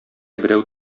берәү